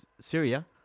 Syria